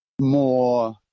more